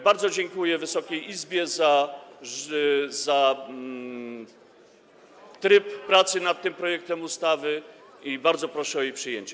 Bardzo dziękuję Wysokiej Izbie za tryb pracy nad tym projektem ustawy i bardzo proszę o jej przyjęcie.